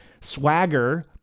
swagger